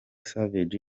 savage